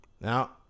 Now